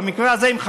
במקרה הזה עם חמאס,